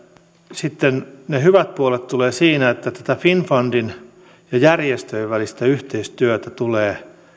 sitten ne hyvät puolet tulevat siinä että tätä finnfundin ja järjestöjen välistä yhteistyötä tulee